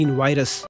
virus